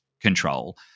Control